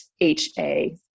HA